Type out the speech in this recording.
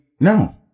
no